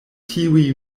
tiuj